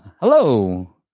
Hello